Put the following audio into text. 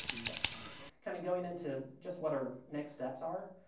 so kind of going into just what our next steps are,